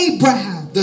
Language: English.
Abraham